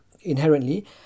Inherently